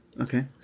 Okay